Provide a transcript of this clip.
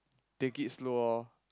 take it slow lor